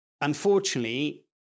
unfortunately